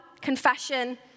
confession